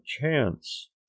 chance